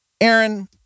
Aaron